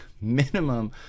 minimum